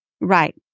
Right